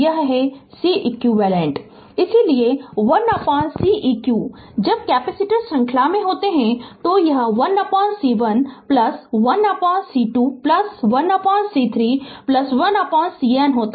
Refer slide time 1148 इसलिए 1Ceq जब capacitor श्रृंखला में होते हैं तो यह 1C1 1C2 1C3 1CN होता है